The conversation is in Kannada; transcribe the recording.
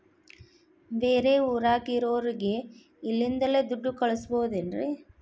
ಬೇರೆ ಊರಾಗಿರೋರಿಗೆ ಇಲ್ಲಿಂದಲೇ ದುಡ್ಡು ಕಳಿಸ್ಬೋದೇನ್ರಿ?